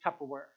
Tupperware